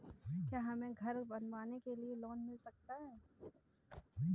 क्या हमें घर बनवाने के लिए लोन मिल सकता है?